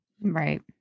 Right